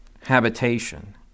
habitation